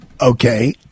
okay